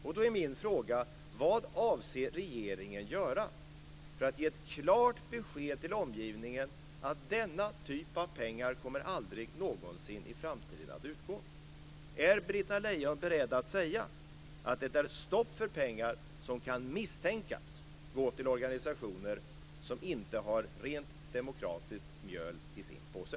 Då vill jag fråga: Vad avser regeringen att göra för att ge ett klart besked till omgivningen om att denna typ av pengar aldrig någonsin i framtiden kommer att utgå? Är Britta Lejon beredd att säga att det är stopp för pengar som kan misstänkas gå till organisationer som inte har rent demokratiskt mjöl i sin påse?